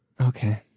Okay